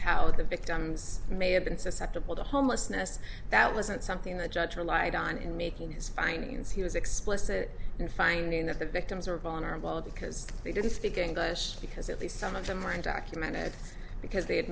how the victims may have been susceptible to homelessness that wasn't something the judge relied on in making his findings he was explicit in finding that the victims were vulnerable because they didn't speak english because at least some of them are undocumented because they had